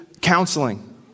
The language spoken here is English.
counseling